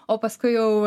o paskui jau